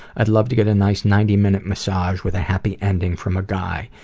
i'd love to get a nice ninety minute massage with a happy ending from a guy,